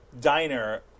diner